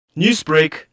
Newsbreak